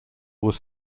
was